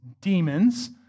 demons